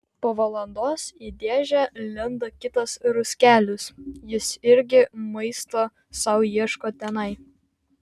po valandos į dėžę lenda kitas ruskelis jis irgi maisto sau ieško tenai